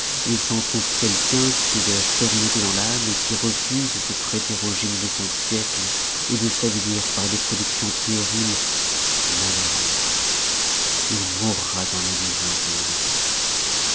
il s'en trouve quelqu'un qui ait de la fermeté dans l'ame qui refuse de se prêter au génie de son siècle de s'avilir par des productions puériles malheur à lui il mourra dans l'indigence dans l'oubli